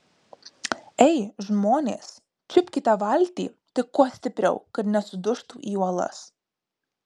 ei žmonės čiupkite valtį tik kuo stipriau kad nesudužtų į uolas